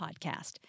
podcast